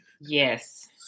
Yes